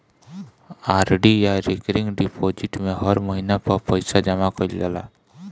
RD या recurring deposit में हर महिना पअ पईसा जमा कईल जाला